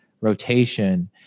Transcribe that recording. rotation